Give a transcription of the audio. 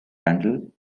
randall